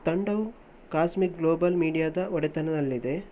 ತಂಡವು cosmic global ಮೀಡ್ಯಾದ ಒಡೆತನದಲ್ಲಿದೆ